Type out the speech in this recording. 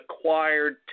acquired